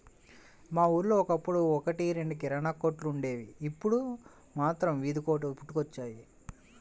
మా ఊళ్ళో ఒకప్పుడు ఒక్కటి రెండు కిరాణా కొట్లే వుండేవి, ఇప్పుడు మాత్రం వీధికొకటి పుట్టుకొచ్చాయి